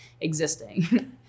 existing